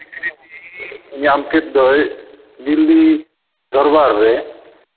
ᱥᱤᱠᱨᱤᱛᱤ ᱧᱟᱢ ᱠᱮᱫ ᱫᱚᱭ ᱫᱤᱞᱞᱤ ᱫᱚᱨᱵᱟᱨ ᱨᱮ